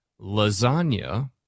Lasagna